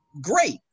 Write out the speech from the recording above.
great